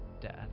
death